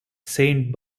saint